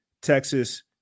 Texas